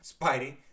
spidey